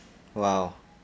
!wow!